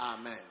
amen